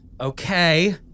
Okay